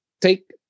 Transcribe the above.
take